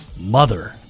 mother